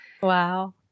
Wow